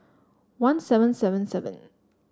one seven seven seven